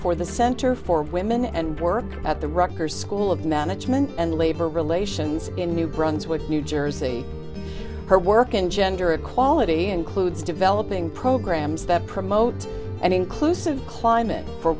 for the center for women and work at the rucker school of management and labor relations in new brunswick new jersey her work in gender equality includes developing programs that promote an inclusive climate for